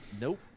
Nope